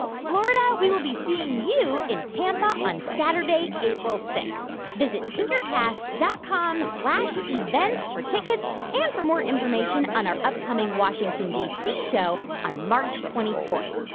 florida, we will be seeing you in tampa on saturday, april six. visit tinkercast dot com slash events for tickets and for more information on our upcoming washington, d c, show on march twenty four.